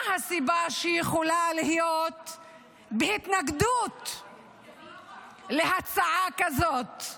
מה הסיבה שיכולה להיות להתנגדות להצעה כזאת.